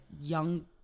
young